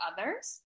others